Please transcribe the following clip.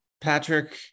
Patrick